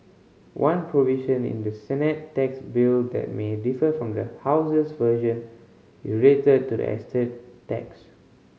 one provision in the Senate tax bill that may differ from the House's version is related to the estate tax